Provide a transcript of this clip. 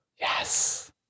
Yes